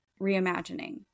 reimagining